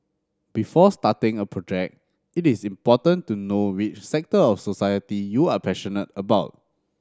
before starting a project it is important to know which sector of society you are passionate about